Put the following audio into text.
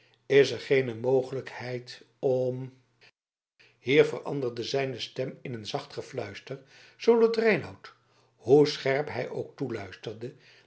is er geene mogelijkheid om hier veranderde zijne stem in een zacht gefluister zoodat reinout hoe scherp hij ook toeluisterde